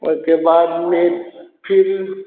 okay बाद में फिर